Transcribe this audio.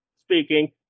speaking